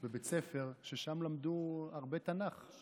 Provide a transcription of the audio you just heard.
בבית ספר, ששם למדו הרבה תנ"ך.